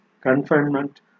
confinement